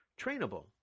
trainable